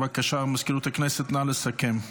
בבקשה, מזכירות הכנסת, נא לסכם.